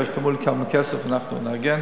תלוי כמה כסף אנחנו נארגן.